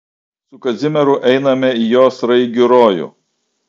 su kazimieru einame į jo sraigių rojų